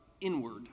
inward